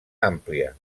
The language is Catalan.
àmplia